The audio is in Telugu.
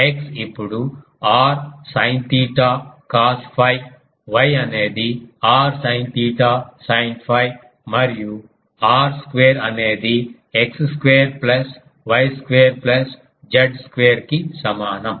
x ఇప్పుడు r sin theta cos 𝛟 y అనేది r sin తీటా sin 𝛟 మరియు r స్క్వేర్ అనేది x square plus y square plus z square కి సమానం